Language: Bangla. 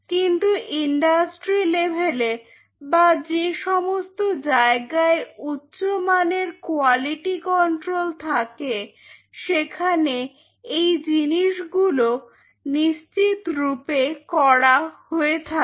কিন্তু ইন্ডাস্ট্রি লেভেলে বা যে সমস্ত জায়গায় উচ্চমানের কোয়ালিটি কন্ট্রোল থাকে সেখানে এই জিনিসগুলো নিশ্চিতরূপে করা হয়ে থাকে